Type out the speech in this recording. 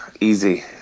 Easy